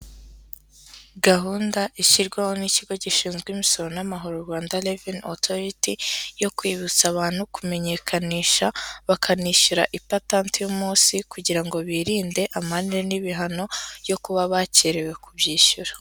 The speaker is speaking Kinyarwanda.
Gahunda ishyirwaho n'ikigo gishinzwe imisoro n'amahoro Rwanda Revenue Authority, yo kwibutsa abantu kumenyekanisha, bakanishyura ipatanti y'umunsi kugira ngo birinde amande n'ibihano yo kuba bakerewe kubyishyura.